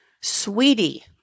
sweetie